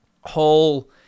whole